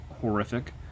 horrific